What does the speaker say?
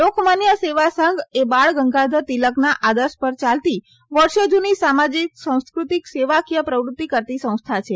લોકમાન્ય સેવા સંઘ એ બાળ ગંગાધર તિલકના આદર્શ પર ચાલતી વર્ષો જુની સામાજિક સાંસ્કૃતિક સેવાકીય પ્રવૃતિ કરતી સંસ્થા છે